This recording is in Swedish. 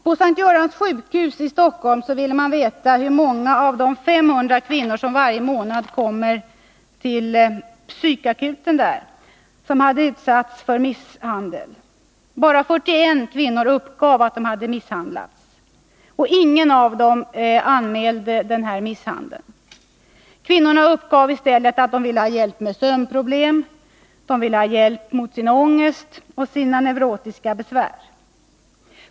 På S:t Görans sjukhus i Stockholm ville man veta hur många av de 500 kvinnor som varje månad kommer till psykakuten som utsatts för misshandel. Bara 41 kvinnor uppgav att de misshandlats. Ingen av dem anmälde misshandeln. Kvinnor uppger i stället att de vill ha hjälp med sömnproblem, ångest och neurotiska besvär.